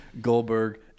Goldberg